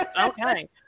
Okay